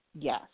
yes